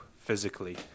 physically